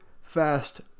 fast